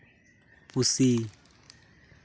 ᱯᱩᱥᱤ